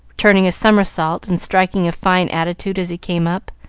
turning a somersault and striking a fine attitude as he came up,